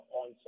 on